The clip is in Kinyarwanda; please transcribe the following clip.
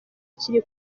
kiri